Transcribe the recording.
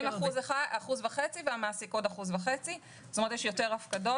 הם 1.5% והמעסיק עוד 1.5%. כלומר יש יותר הפקדות.